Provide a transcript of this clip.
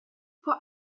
vor